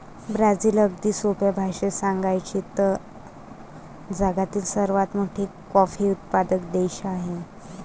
Brazil, अगदी सोप्या भाषेत सांगायचे तर, जगातील सर्वात मोठा कॉफी उत्पादक देश आहे